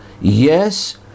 Yes